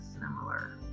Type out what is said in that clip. similar